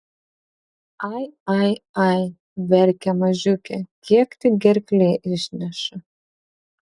ai ai ai verkia mažiukė kiek tik gerklė išneša